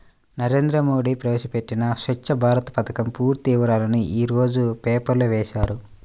నరేంద్ర మోడీ ప్రవేశపెట్టిన స్వఛ్చ భారత్ పథకం పూర్తి వివరాలను యీ రోజు పేపర్లో వేశారు